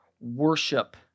worship